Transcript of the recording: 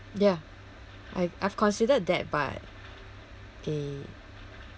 ya I've I've considered that but eh